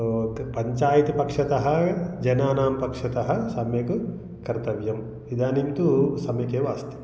पञ्चायत् पक्षतः जनानां पक्षतः सम्यक् कर्तव्यं इदानीं तु सम्यकेव अस्ति